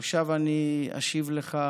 עכשיו אני אשיב לך